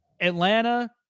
Atlanta